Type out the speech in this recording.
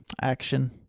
action